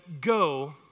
go